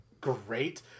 Great